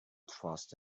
trust